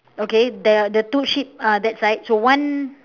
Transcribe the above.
okay the the two sheep uh that side so one